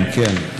כן, כן.